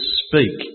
speak